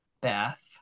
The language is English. Beth